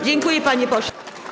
Dziękuję, panie pośle.